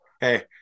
Hey